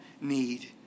need